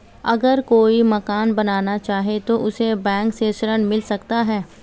अगर कोई मकान बनाना चाहे तो उसे बैंक से ऋण मिल सकता है?